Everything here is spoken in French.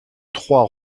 trois